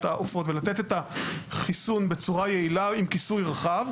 העופות ולתת את החיסון בצורה יעילה עם כיסוי רחב,